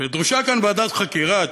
ודרושה כאן ועדת חקירה.